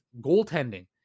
goaltending